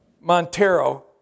Montero